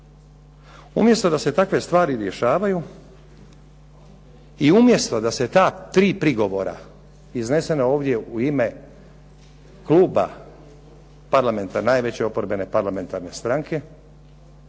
Umjesto da se takve stvari rješavaju i umjesto da se ta tri prigovora iznesena ovdje u ime kluba parlamentarne, najveće oporbene parlamentarne stranke